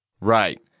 Right